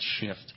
shift